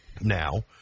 now